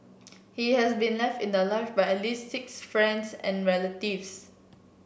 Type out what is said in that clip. he has been left in the lurch by at least six friends and relatives